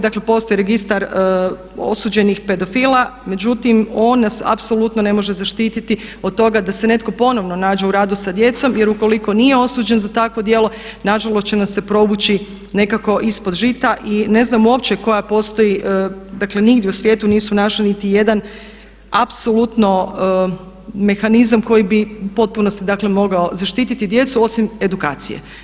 Dakle postoji registar osuđenih pedofila, međutim on nas apsolutno ne može zaštiti od toga da netko ponovno nađe u radu sa djecom jer ukoliko nije osuđen za takvo djelo nažalost će nam se provući nekako ispod žita i ne znam uopće koja postoji, dakle nigdje u svijetu nisu našli niti jedan apsolutno mehanizam koji bi u potpunosti dakle mogao zaštititi djecu osim edukacije.